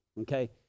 okay